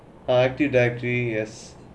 or active directory yes